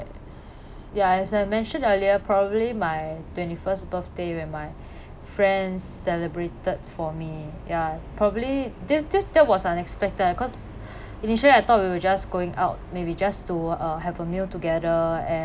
ya as I mentioned earlier probably my twenty first birthday when my friends celebrated for me ya probably just just that was unexpected because initially I thought we were just going out maybe just to uh have a meal together and